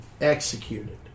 executed